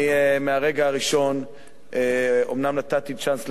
מהרגע הראשון אומנם נתתי צ'אנס למהלך,